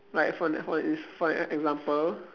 like for the for is for an example